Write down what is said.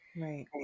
Right